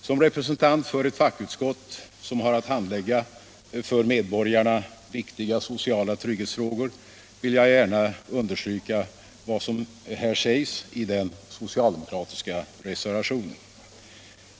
Som representant för ett fackutskott, vilket har att handlägga för medborgarna viktiga sociala trygghetsfrågor, vill jag gärna understryka vad som sägs i den nämnda socialdemokratiska reservationen.